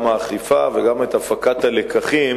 את האכיפה וגם את הפקת הלקחים